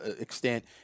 extent